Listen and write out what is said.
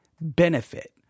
benefit